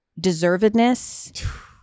deservedness